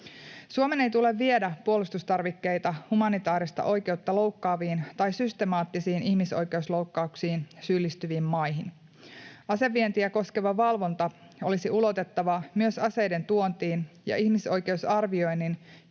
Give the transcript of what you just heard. Suomen ei tule viedä puolustustarvikkeita humanitaarista oikeutta loukkaaviin tai systemaattisiin ihmisoikeusloukkauksiin syyllistyviin maihin. Asevientiä koskeva valvonta olisi ulotettava myös aseiden tuontiin, ja ihmisoikeusarvioinnin